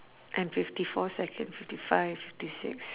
and fifty four second fifty five fifty six